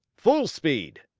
full speed!